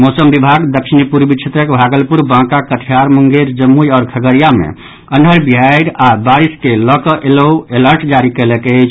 मौसम विभाग दक्षिणी पूर्वी क्षेत्रक भागलपुर बांका कटिहार मुंगेर जमुई आओर खगड़िया मे अन्हर बिहारि आओर बारिश के लऽ कऽ येलो अलर्अ जारी कयलक अछि